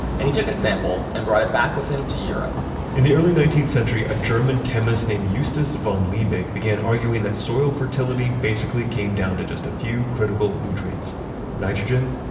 and he took a sample and brought it back with him to europe in the early nineteenth century, a german chemist named justus von liebig began arguing that soil fertility basically came down to just a few critical nutrients nitrogen,